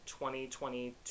2022